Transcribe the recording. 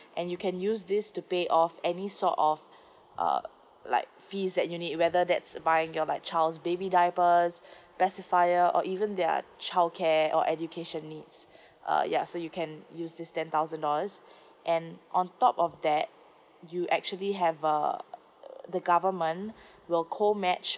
and you can use this to pay off any sort of uh like fees that you need whether that's buying your like child's baby diapers pacifier or even their childcare or education needs uh ya so you can use this ten thousand dollars and on top of that you actually have uh the government will co match